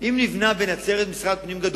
אם נבנה בנצרת משרד פנים,